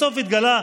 בסוף התגלה,